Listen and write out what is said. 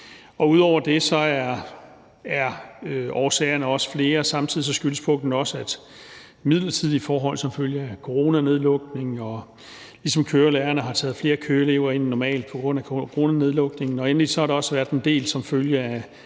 Og ud over det er årsagerne også flere: Puklen skyldes også midlertidige forhold som følge af coronanedlukningen, ligesom at kørelærerne har taget flere køreelever ind end normalt på grund af coronanedlukningen. Endelig har der også været en del som følge af